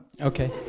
Okay